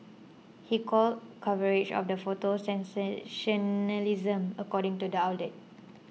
he called coverage of the photo sensationalism according to the outlet